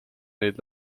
neid